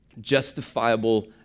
justifiable